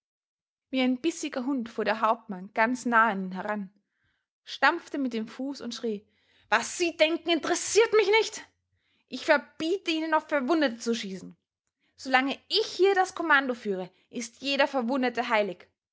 wie ein bissiger hund fuhr der hauptmann ganz nahe an ihn heran stampfte mit dem fuß und schrie was sie denken interessiert mich nicht ich verbiete ihnen auf verwundete zu schießen so lange ich hier das kommando führe ist jeder verwundete heilig